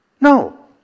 No